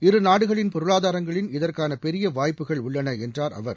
இரு நாடுகளின் பொருளாதாரங்களின் இதற்கான பெரிய வாய்ப்புகள் உள்ளன என்றார் அவர்